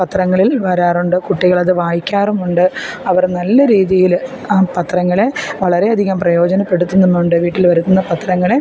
പത്രങ്ങളിൽ വരാറുണ്ട് കുട്ടികൾ അതു വായിക്കാറുമുണ്ട് അവർ നല്ല രീതിയിൽ ആ പത്രങ്ങളെ വളരെയധികം പ്രയോജനപ്പെടുത്തുന്നുമുണ്ട് വീട്ടിൽ വരുത്തുന്ന പത്രങ്ങൾ